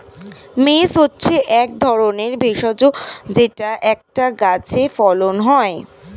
mace হচ্ছে এক ধরনের ভেষজ যেটা একটা গাছে ফলন হয়